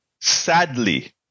sadly